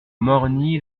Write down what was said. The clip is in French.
morgny